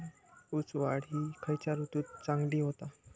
ऊस वाढ ही खयच्या ऋतूत चांगली होता?